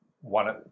one